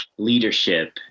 Leadership